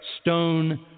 stone